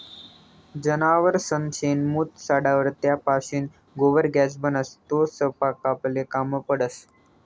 जनावरसनं शेण, मूत सडावर त्यापाशीन गोबर गॅस बनस, तो सयपाकले काम पडस